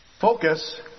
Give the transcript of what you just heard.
Focus